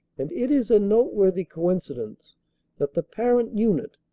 and it is a noteworthy coincidence that the parent unit,